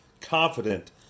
confident